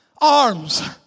arms